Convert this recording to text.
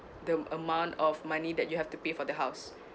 the amount of money that you have to pay for the house